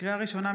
לקריאה ראשונה,